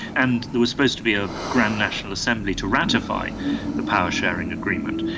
and there was supposed to be a grand national assembly to ratify the power-sharing agreement.